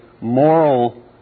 moral